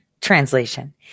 translation